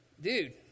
Dude